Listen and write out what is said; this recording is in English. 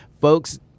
folks—